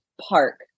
park